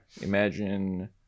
imagine